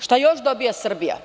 Šta još dobija Srbija?